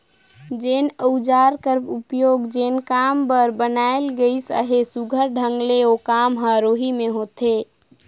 जेन अउजार कर उपियोग जेन काम बर बनाल गइस अहे, सुग्घर ढंग ले ओ काम हर ओही मे होथे